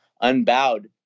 unbowed